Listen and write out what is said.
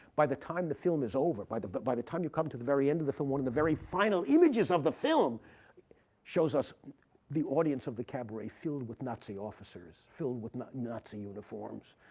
by the time the film is over, by the but by the time you come to the very end of the film, one of the very final images of the film shows us the audience of the cabaret filled with nazi officers, filled with nazi uniforms.